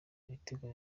ibitego